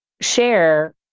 share